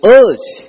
urge